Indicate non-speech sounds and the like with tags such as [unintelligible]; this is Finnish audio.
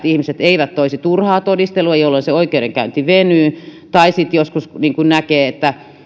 [unintelligible] ihmiset eivät toisi turhaa todistelua jolloin se oikeudenkäynti venyy tai niin kuin joskus näkee